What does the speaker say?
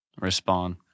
respond